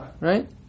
Right